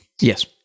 Yes